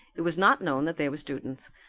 it was not known that they were students.